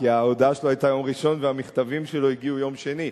כי ההודעה שלו היתה ביום ראשון והמכתבים שלו הגיעו יום שני.